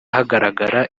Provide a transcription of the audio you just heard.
hagaragara